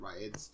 Right